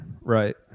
right